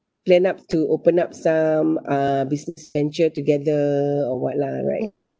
plan up to open up some uh business venture together or [what] lah right